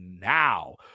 now